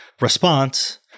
response